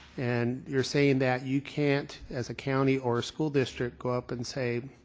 and you're saying that you can't as a county or a school district go up and say